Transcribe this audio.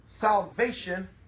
salvation